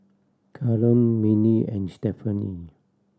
Callum Mindi and Stephanie